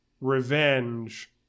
revenge